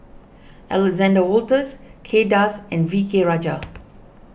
Alexander Wolters Kay Das and V K Rajah